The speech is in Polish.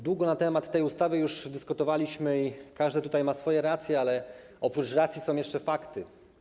Długo już na temat tej ustawy dyskutowaliśmy i każdy ma swoje racje, ale oprócz racji są jeszcze fakty.